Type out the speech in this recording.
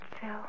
Phil